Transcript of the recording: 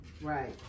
right